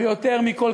ויותר מכול,